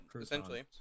essentially